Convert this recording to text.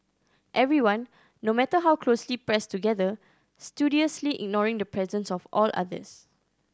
everyone no matter how closely pressed together studiously ignoring the presence of all others